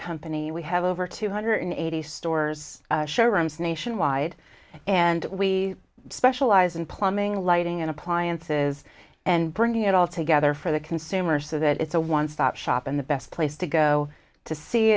company we have over two hundred eighty stores showrooms nationwide and we specialize in plumbing lighting and appliances and bringing it all together for the consumer so that it's a one stop shop and the best place to go to see